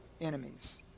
enemies